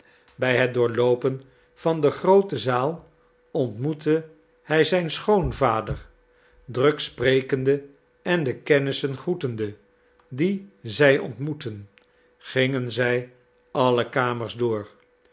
bij het doorloopen van de groote zaal ontmoette hij zijn schoonvader druk sprekende en de kennissen groetende die zij ontmoetten gingen zij alle kamers door